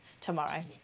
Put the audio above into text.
tomorrow